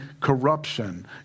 corruption